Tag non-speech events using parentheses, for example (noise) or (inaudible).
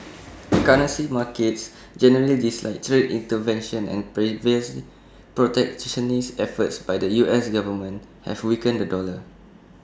(noise) currency markets generally dislike trade intervention and previous protectionist efforts by the us government have weakened the dollar